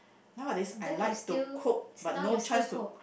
nowadays I like to cook but no chance to